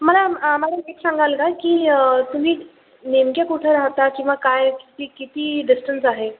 मला मला एक सांगाल का की तुम्ही नेमक्या कुठे राहता किंवा काय किती किती डिस्टन्स आहे